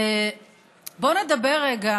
בואו נדבר רגע